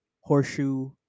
horseshoe